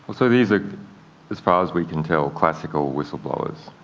so these are as far as we can tell classical whistleblowers,